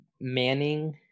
Manning